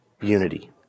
unity